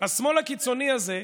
השמאל הקיצוני הזה,